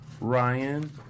Ryan